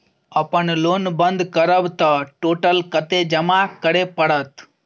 अपन लोन बंद करब त टोटल कत्ते जमा करे परत?